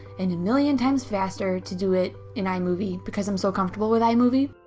and a million times faster to do it in ah imovie. because i'm so comfortable with imovie.